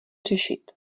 řešit